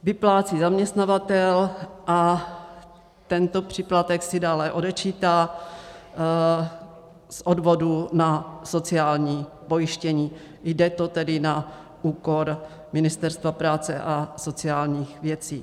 Vyplácí zaměstnavatel a tento příplatek si dále odečítá z odvodu na sociální pojištění, jde to tedy na úkor Ministerstva práce a sociálních věcí.